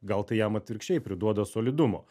gal tai jam atvirkščiai priduoda solidumo